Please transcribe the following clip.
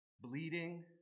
bleeding